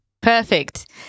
Perfect